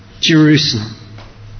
Jerusalem